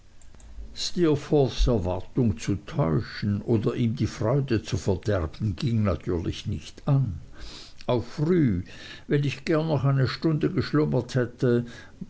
erwartung zu täuschen oder ihm die freude zu verderben ging natürlich nicht an auch früh wenn ich gern noch eine stunde geschlummert hätte